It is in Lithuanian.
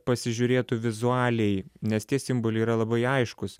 pasižiūrėtų vizualiai nes tie simboliai yra labai aiškūs